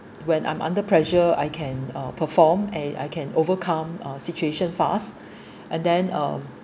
when I'm under pressure I can uh perform and I can overcome a situation fast and then uh